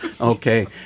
Okay